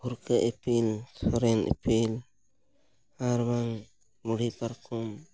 ᱵᱷᱩᱨᱠᱟᱹ ᱤᱯᱤᱞ ᱥᱚᱨᱮᱱ ᱤᱯᱤᱞ ᱟᱨ ᱵᱟᱝ ᱵᱩᱲᱦᱤ ᱯᱟᱨᱠᱚᱢ